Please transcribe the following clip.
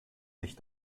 sich